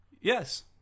Yes